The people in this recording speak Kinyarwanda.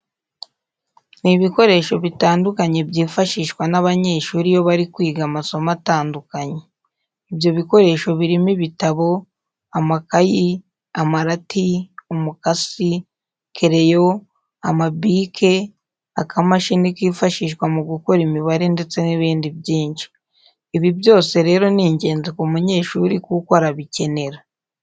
Ni ibikoresho bitandukanye byifashishwa n'abanyeshuri iyo bari kwiga amasomo atandukanye. Ibyo bikoresho birimo ibitabo, amakayi, amarati, umukasi, kereyo, amabike, akamashini kifashishwa mu gukora imibare ndetse n'ibindi byinshi. Ibi byose rero ni ingenzi ku munyeshuri kuko arabikenera.